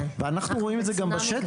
ואנחנו רואים את זה גם בשטח.